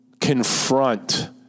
Confront